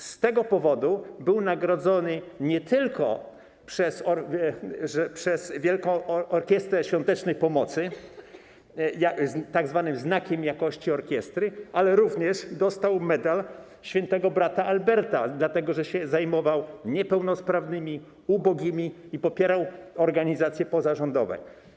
Z tego powodu był nagrodzony nie tylko przez Wielką Orkiestrę Świątecznej Pomocy tzw. znakiem jakości orkiestry, ale również dostał medal św. brata Alberta, dlatego że się zajmował niepełnosprawnymi, ubogimi i popierał organizacje pozarządowe.